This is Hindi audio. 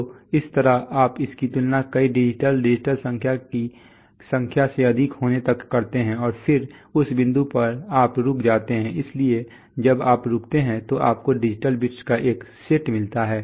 तो इस तरह आप इसकी तुलना कई डिजिटल डिजिटल संख्या की संख्या से अधिक होने तक करते हैं और उस बिंदु पर आप रुक जाते हैं इसलिए जब आप रुकते हैं तो आपको डिजिटल बिट्स का एक सेट मिलता है